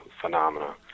phenomena